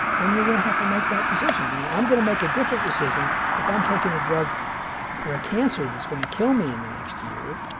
then you're going to have to make that decision. and i'm going to make a different decision if i'm taking a drug for a cancer that's going to kill me in the next year,